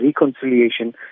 reconciliation